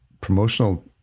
promotional